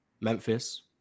Memphis